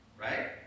right